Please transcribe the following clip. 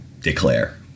declare